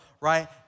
right